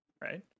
right